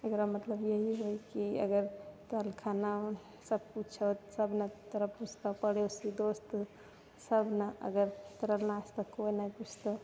एकरो मतलब यही है कि अगर तोरा लग खाना सब कुछ छौ तोरा पुछतो पड़ोसी दोस्त सब अगर तोरा नहि छौ तऽ कोई ने पुछतो